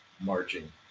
marching